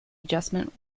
adjustment